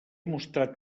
mostrat